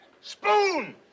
spoon